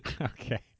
Okay